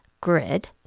grid